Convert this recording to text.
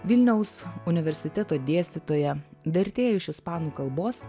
vilniaus universiteto dėstytoja vertėja iš ispanų kalbos